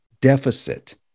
deficit